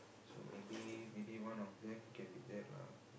so maybe maybe one of them can be that lah